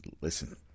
Listen